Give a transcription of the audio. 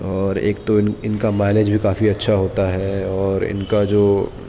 اور ایک تو ان ان کا مائلیج بھی کافی اچھا ہوتا ہے اور ان کا جو